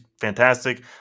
fantastic